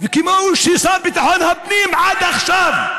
וכמו שהשר לביטחון הפנים עד עכשיו,